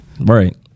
Right